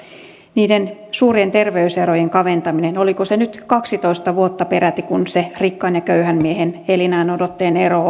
niiden suurien terveyserojen kaventaminen oliko se nyt kaksitoista vuotta peräti se rikkaan ja köyhän miehen elinajanodotteen ero